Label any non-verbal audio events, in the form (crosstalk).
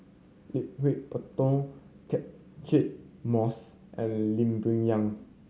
(unintelligible) Catchick Moses and Lee Boon Yang